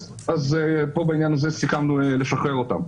אז פה בעניין הזה סיכמנו לשחרר אותם.